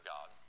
God